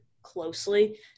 closely